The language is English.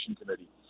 Committee